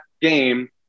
game